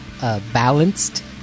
balanced